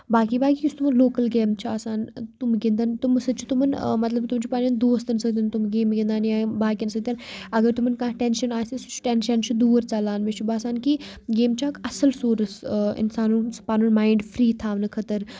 باقٕے باقٕے یُس تِمن لوکل گیمہٕ چھُ آسان تِم گندن تِمو سۭتۍ چھُ تِمن مطلب تَم چھِ پَنٕنٮ۪ن دوستن سۭتۍ تِم گیمہٕ گندان یا باقین سۭتۍ اَگر تِمن کانٛہہ ٹٮ۪نشن آسہِ سُہ چھِ ٹٮ۪نشن چھُ دوٗد ژَلان مےٚ چھُ باسان کہِ یٔمۍ چھِ اَصٕل سورس اِنسانُن ہُنٛد سُہ پَنُن ماینڈ فری تھاونہٕ خٲطرٕ